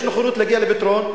יש נכונות להגיע לפתרון,